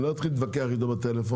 אני לא אתחיל להתווכח איתו בטלפון.